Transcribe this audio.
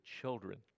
children